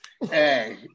Hey